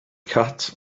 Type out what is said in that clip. cat